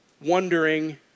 wondering